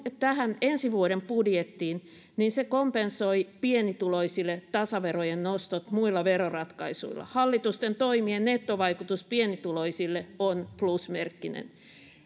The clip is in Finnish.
tähän ensi vuoden budjettiin niin se kompensoi pienituloisille tasaverojen nostot muilla veroratkaisuilla hallituksen toimien nettovaikutus pienituloisille on plusmerkkinen ei